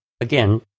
again